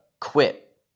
quit